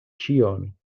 ĉion